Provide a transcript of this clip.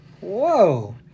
Whoa